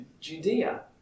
Judea